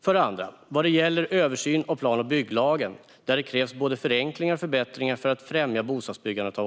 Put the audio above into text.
För det andra: Vad gäller översyn av plan och bygglagen, där oppositionen kräver både förenklingar och förbättringar för att främja bostadsbyggandet,